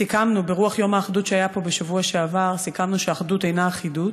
סיכמנו ברוח יום האחדות שהיה פה בשבוע שעבר שאחדות אינה אחידות,